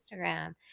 Instagram